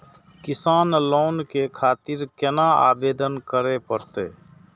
किसान लोन के खातिर केना आवेदन करें परतें?